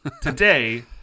today